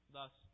Thus